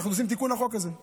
ואנחנו עושים תיקון לזה,